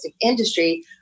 industry